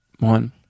One